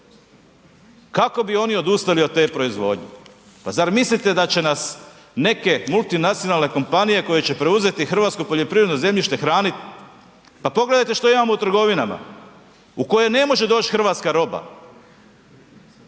Kako bi oni odustali od te proizvodnje. Pa zar mislite da će nas neke multinacionalne kompanije koje će preuzeti hrvatsko poljoprivredno zemljište hraniti? Pa pogledajte što imamo u trgovinama u kojoj ne može doći hrvatska roba.